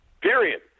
period